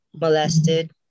molested